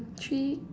um three